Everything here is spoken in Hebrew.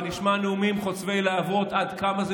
ונשמע נאומים חוצבי להבות עד כמה זה